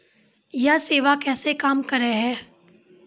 यह सेवा कैसे काम करै है?